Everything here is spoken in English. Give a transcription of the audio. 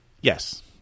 yes